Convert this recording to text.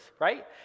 right